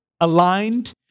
aligned